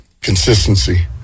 Consistency